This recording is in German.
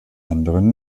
anderen